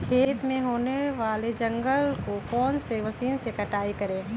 खेत में होने वाले जंगल को कौन से मशीन से कटाई करें?